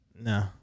No